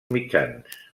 mitjans